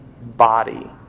body